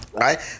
Right